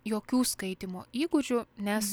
jokių skaitymo įgūdžių nes